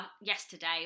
yesterday